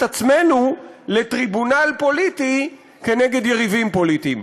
עצמנו לטריבונל פוליטי כנגד יריבים פוליטיים.